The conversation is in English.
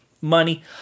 money